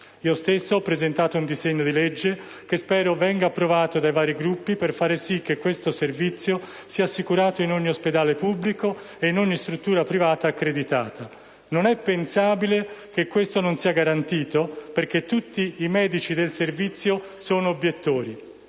Io stesso ho presentato un disegno di legge, che spero venga appoggiato dai vari Gruppi parlamentari, per fare in modo che questo servizio sia assicurato in ogni ospedale pubblico e in ogni struttura privata accreditata. Non è pensabile che ciò non sia garantito perché tutti i medici del servizio sono obiettori: